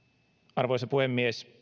arvoisa puhemies